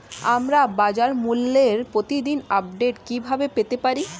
আমরা বাজারমূল্যের প্রতিদিন আপডেট কিভাবে পেতে পারি?